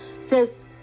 Says